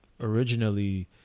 originally